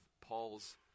Paul's